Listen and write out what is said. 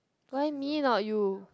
why me not you